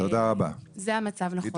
זה המצב נכון לעכשיו.